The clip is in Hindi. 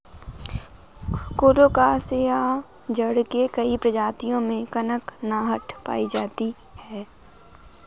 कोलोकासिआ जड़ के कई प्रजातियों में कनकनाहट पायी जाती है